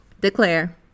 Declare